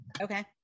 Okay